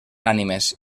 ànimes